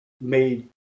made